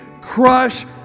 crush